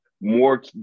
more